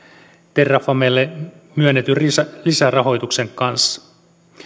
terrafamelle myönnetyn lisärahoituksen kanssa